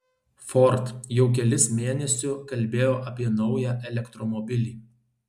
ford jau kelis mėnesiu kalbėjo apie naują elektromobilį